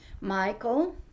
Michael